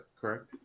correct